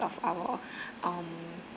of our um